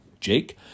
Jake